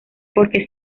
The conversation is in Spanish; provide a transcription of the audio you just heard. porque